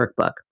Workbook